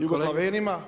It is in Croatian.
Jugoslavenima?